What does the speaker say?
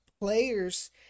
players